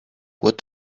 what